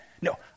no